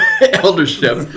eldership